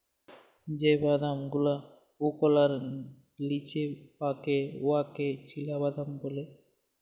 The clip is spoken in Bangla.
যে বাদাম গুলা ওকলার লিচে পাকে উয়াকে চিলাবাদাম ব্যলে